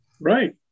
Right